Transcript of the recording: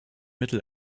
mittel